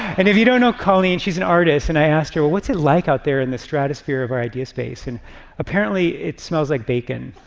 and if you don't know colleen, she's an artist, and i asked her, what's it like out there in the stratosphere of our idea space? and apparently it smells like bacon.